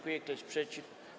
Kto jest przeciw?